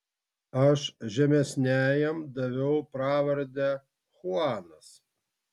aš žemesniajam daviau pravardę chuanas